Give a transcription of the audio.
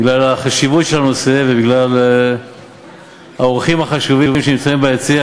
בגלל החשיבות של הנושא ובגלל האורחים החשובים שנמצאים ביציע,